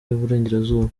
y’uburengerazuba